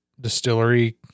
Distillery